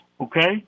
okay